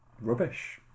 rubbish